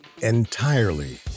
entirely